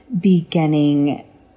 beginning